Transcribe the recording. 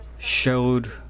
showed